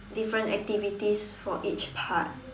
different activities for each part